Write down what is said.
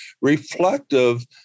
reflective